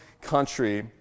country